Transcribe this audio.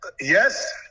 yes